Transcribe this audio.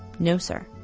no sir,